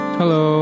hello